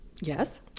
Yes